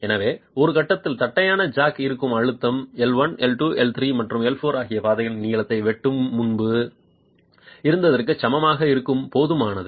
எனவே ஒரு கட்டத்தில் தட்டையான ஜாக் இருக்கும் அழுத்தம் L 1 L 2 L 3 மற்றும் L 4 ஆகிய பாதை நீளங்கள் வெட்டுக்கு முன்பு இருந்ததற்கு சமமாக இருக்க போதுமானது